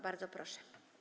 Bardzo proszę.